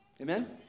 amen